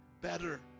better